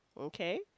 Okay